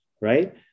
Right